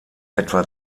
etwa